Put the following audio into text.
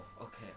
okay